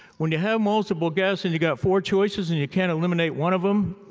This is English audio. when you have multiple guess and you got four choices and you can't eliminate one of em,